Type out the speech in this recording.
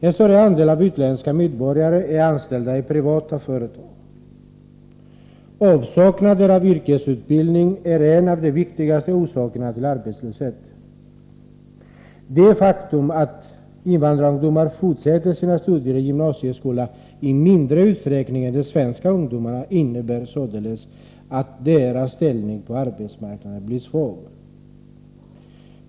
En större andel av de utländska medborgarna är anställda i privata företag. Avsaknaden av yrkesutbildning är en av de viktigaste orsakerna till arbetslöshet. Det faktum att invandrarungdomar i mindre utsträckning än svenska ungdomar fortsätter sina studier i gymnasieskolan innebär således att invandrarungdomarnas ställning på arbetsmarknaden blir svag.